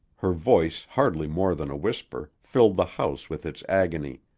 her voice, hardly more than a whisper, filled the house with its agony.